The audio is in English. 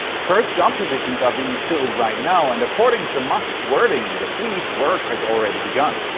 first job positions are being filled right now and according to musk's wording in the tweet, work has already begun.